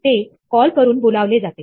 ते कॉल करून बोलावले जाते